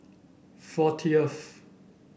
fortieth